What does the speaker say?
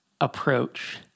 approach